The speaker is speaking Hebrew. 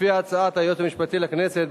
לפי הצעת היועץ המשפטי לכנסת,